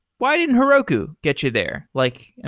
why didn't heroku get you there? like i